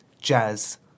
jazz